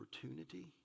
opportunity